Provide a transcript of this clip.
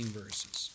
verses